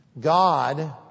God